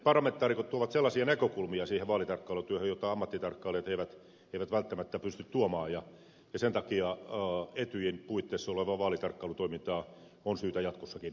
parlamentaarikot tuovat sellaisia näkökulmia siihen vaalitarkkailutyöhön jota ammattitarkkailijat eivät välttämättä pysty tuomaan ja sen takia etyjin puitteessa olevaa vaalitarkkailutoimintaa on syytä jatkossakin jatkaa